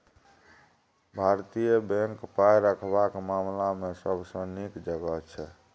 भारतीय बैंक पाय रखबाक मामला मे सबसँ नीक जगह छै